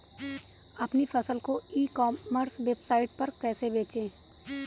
अपनी फसल को ई कॉमर्स वेबसाइट पर कैसे बेचें?